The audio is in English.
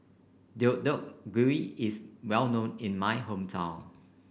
Deodeok Gui is well known in my hometown